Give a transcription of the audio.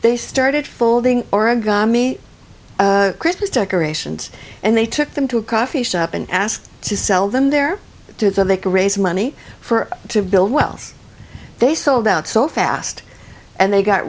they started folding oregon me christmas decorations and they took them to a coffee shop and asked to sell them their due that they could raise money for to build wealth they sold out so fast and they got